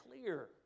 clear